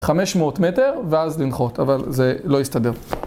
500 מטר ואז לנחות, אבל זה לא יסתדר.